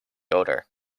odor